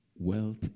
Wealth